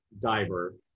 diver